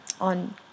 on